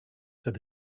said